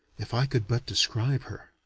if i could but describe her!